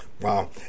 Wow